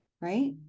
right